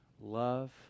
Love